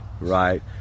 right